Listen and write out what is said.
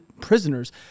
prisoners